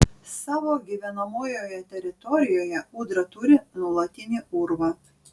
savo gyvenamojoje teritorijoje ūdra turi nuolatinį urvą